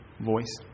voice